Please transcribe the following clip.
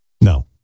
No